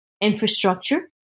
infrastructure